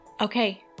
Okay